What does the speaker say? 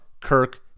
Kirk